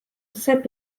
deshalb